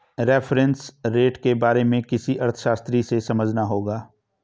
reference rate के बारे में किसी अर्थशास्त्री से समझना होगा